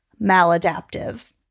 maladaptive